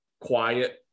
quiet